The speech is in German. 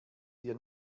hier